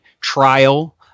trial